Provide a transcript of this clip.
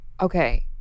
Okay